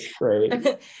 right